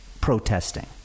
protesting